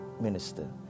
minister